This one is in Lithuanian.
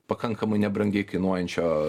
pakankamai nebrangiai kainuojančio